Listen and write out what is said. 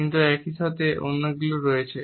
কিন্তু একই সাথে এমন অনেকগুলি রয়েছে